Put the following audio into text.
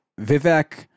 Vivek